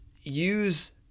use